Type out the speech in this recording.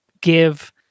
give